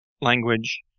language